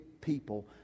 people